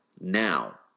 now